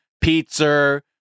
pizza